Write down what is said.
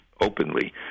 openly